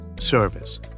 service